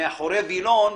מאחורי וילון,